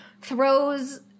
throws